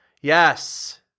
yes